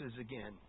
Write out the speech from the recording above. again